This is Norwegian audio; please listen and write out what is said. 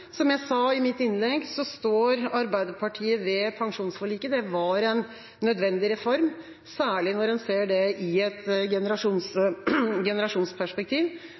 Som jeg sa i mitt innlegg, står Arbeiderpartiet ved pensjonsforliket. Det var en nødvendig reform, særlig når en ser det i et generasjonsperspektiv.